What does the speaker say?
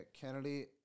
Kennedy